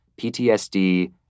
PTSD